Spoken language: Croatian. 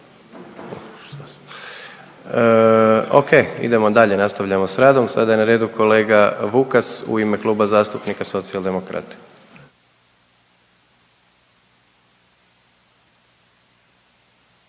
Oke, idemo dalje, nastavljamo s radom. Sada je na redu kolega Vukas u ime Kluba zastupnika Socijaldemokrati.